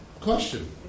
question